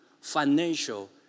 financial